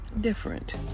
different